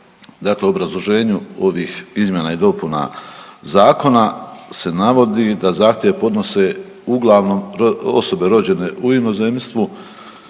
Dakle, u obrazloženju ovih izmjena i dopuna Zakona se navodi da zahtjev podnose uglavnom osobe rođene u inozemstvu